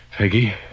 Peggy